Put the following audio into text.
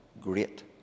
Great